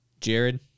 jared